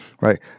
Right